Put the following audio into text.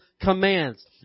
commands